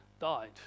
died